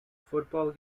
football